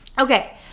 Okay